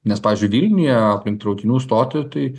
nes pavyzdžiui vilniuje aplink traukinių stotį tai